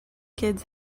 kids